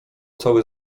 cały